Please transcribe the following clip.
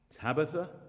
Tabitha